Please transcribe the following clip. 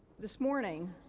this morning,